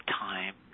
time